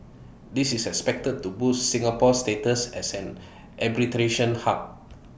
this is expected to boost Singapore's status as an arbitration hub